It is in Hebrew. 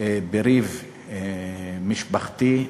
בריב משפחתי.